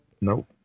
Nope